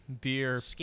beer